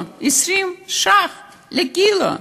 20 ש"ח לקילו,